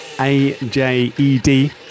A-J-E-D